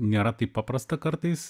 nėra taip paprasta kartais